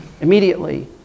immediately